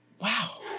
wow